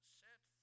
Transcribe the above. set